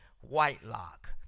Whitelock